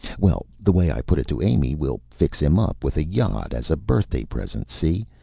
well, the way i put it to amy, we'll fix him up with a yacht as a birthday present, see?